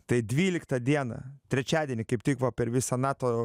tai dvyliktą dieną trečiadienį kaip tik va per visą nato